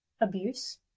Abuse